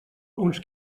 uns